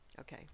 Okay